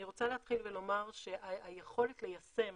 אני רוצה להתחיל ולומר שהיכולת ליישם